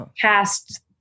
cast